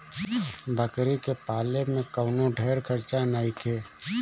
बकरी के पाले में कवनो ढेर खर्चा नईखे